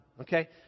okay